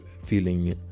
feeling